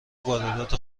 واردات